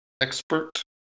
expert